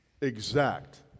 exact